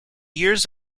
years